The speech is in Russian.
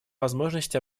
возможность